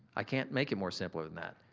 i can't make it more simpler than that,